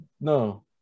No